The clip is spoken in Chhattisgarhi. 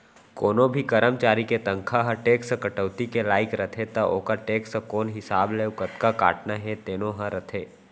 कोनों करमचारी के तनखा ह टेक्स कटौती के लाइक रथे त ओकर टेक्स कोन हिसाब ले अउ कतका काटना हे तेनो ह रथे